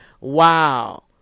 wow